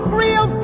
real